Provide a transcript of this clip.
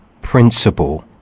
principle